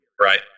Right